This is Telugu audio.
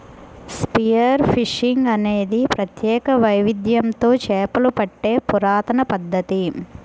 స్పియర్ ఫిషింగ్ అనేది ప్రత్యేక వైవిధ్యంతో చేపలు పట్టే పురాతన పద్ధతి